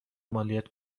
مالیات